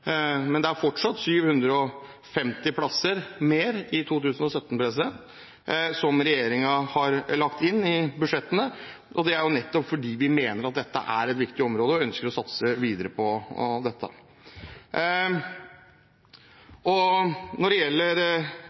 men det er fortsatt 750 plasser mer i 2017 som regjeringen har lagt inn i budsjettene, og det er nettopp fordi vi mener at dette er et viktig område, og ønsker å satse videre på dette. Når det gjelder